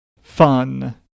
fun